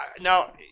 Now